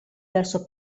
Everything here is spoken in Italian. verso